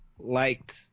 liked